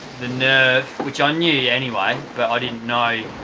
the nerve which i knew yeah anyway, but i didn't know